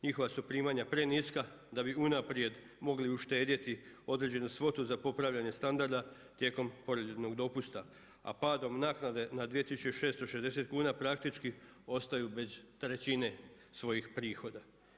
Njihova su primanja preniska da bi unaprijed mogli uštedjeti određenu svotu za popravljanje standarda tijekom porodiljinog dopusta, a padom naknade na 2660 kuna praktički ostaju bez trećine svojih prihoda.